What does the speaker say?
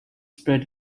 spread